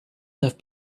have